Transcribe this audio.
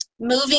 moving